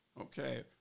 Okay